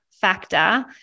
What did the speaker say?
factor